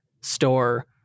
store